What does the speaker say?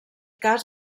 cas